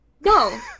no